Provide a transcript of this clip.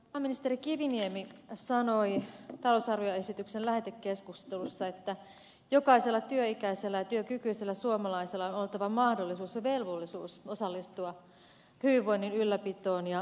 pääministeri kiviniemi sanoi talousarvioesityksen lähetekeskustelussa että jokaisella työikäisellä ja työkykyisellä suomalaisella on oltava mahdollisuus ja velvollisuus osallistua hyvinvoinnin ylläpitoon ja työntekoon